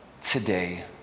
today